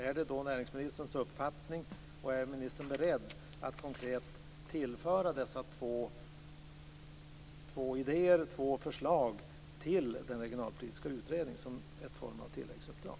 Är näringsministern då beredd att tillföra dessa två förslag till den regionalpolitiska utredningen som en form av tilläggsuppdrag?